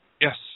Yes